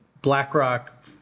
BlackRock